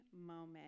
moment